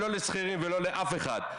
לא לשכירים ולא לאף אחד.